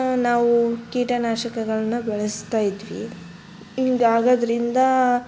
ನಾವು ಕೀಟನಾಶಕಗಳನ್ನ ಬಳಸ್ತಾಯಿದ್ವಿ ಹಿಂಗಾಗದ್ರಿಂದ